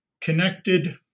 connected